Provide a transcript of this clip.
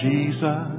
Jesus